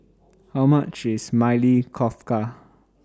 How much IS Maili Kofta